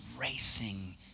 racing